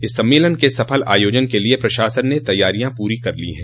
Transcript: इस सम्मेलन के सफल आयोजन के लिये प्रशासन ने तैयारियॉ पूरी कर ली हैं